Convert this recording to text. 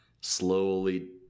slowly